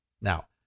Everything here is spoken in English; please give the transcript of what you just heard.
Now